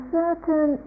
certain